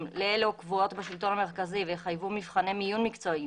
לאלה הקבועות בשלטון המרכזי ויחייבו מבחני מיון מקצועיים,